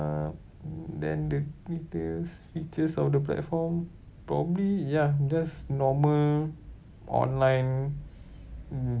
uh then the details features of the platform probably ya just normal online mm